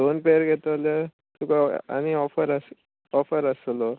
दोन पेर घेत जाल्यार तुका आनी ऑफर आस ऑफर आसतलो